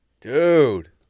dude